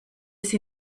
sie